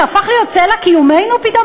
זה הפך להיות סלע קיומנו פתאום,